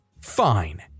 fine